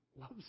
love